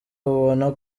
ubona